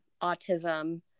autism